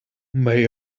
may